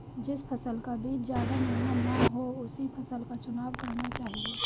जिस फसल का बीज ज्यादा महंगा ना हो उसी फसल का चुनाव करना चाहिए